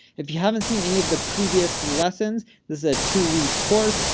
if you haven't seen any of the previous lessons, this is a two week course.